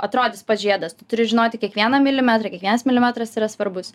atrodys pats žiedas turi žinoti kiekvieną milimetrą kiekvienas milimetras yra svarbus